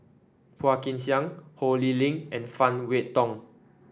Phua Kin Siang Ho Lee Ling and Phan Wait Hong